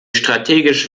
strategisch